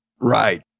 Right